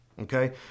Okay